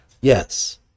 Yes